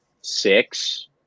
six